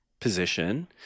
position